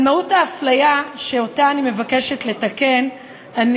על מהות האפליה שאני מבקשת לתקן אני